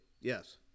yes